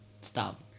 Stop